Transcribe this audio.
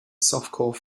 softcore